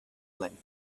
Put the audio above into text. length